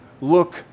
Look